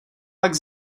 pak